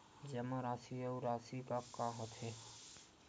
जमा राशि अउ राशि का होथे?